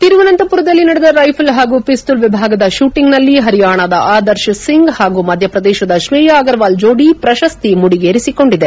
ತಿರುವನಂತಮರದಲ್ಲಿ ನಡೆದ ರೈಫಲ್ ಹಾಗೂ ಪಿಸ್ತೂಲ್ ವಿಭಾಗದ ಶೂಟಿಂಗ್ನಲ್ಲಿ ಪರಿಯಾಣದ ಆದರ್ಶ್ ಸಿಂಗ್ ಹಾಗೂ ಮಧ್ಯಪ್ರದೇಶದ ಶ್ರೇಯಾ ಅಗರ್ವಾಲ್ ಜೋಡಿ ಪ್ರಶಸ್ತಿ ಮುಡಿಗೇರಿಸಿಕೊಂಡಿದೆ